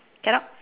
cadog